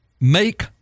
make